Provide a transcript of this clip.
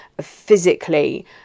physically